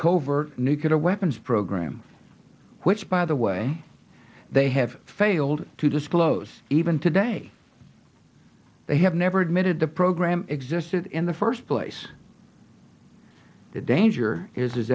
covert nuclear weapons program which by the way they have failed to disclose even today they have never admitted the program existed in the first place the danger is